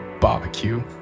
barbecue